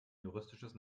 juristisches